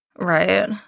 Right